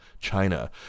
China